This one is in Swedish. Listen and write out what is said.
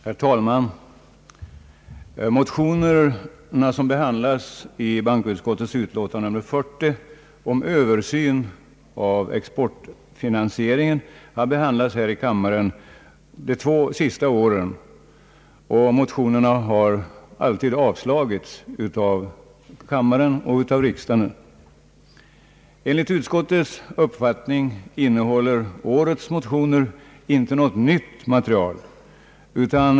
Herr talman! De motionsyrkanden som behandlas i bankoutskottets utlå tande nr 40 om översyn av exportfinansieringen har behandlats här i kammaren de två senaste åren. Motionerna har vid båda tillfällena avslagits av riksdagen. Efter utskottets uppfattning innehåller årets motioner inte något nytt material.